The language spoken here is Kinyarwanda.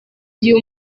gihe